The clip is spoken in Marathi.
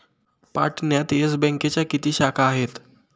पाटण्यात येस बँकेच्या किती शाखा आहेत?